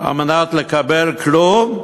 כדי לקבל כלום,